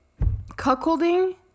cuckolding